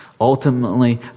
ultimately